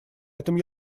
этом